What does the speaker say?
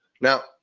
Now